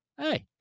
hey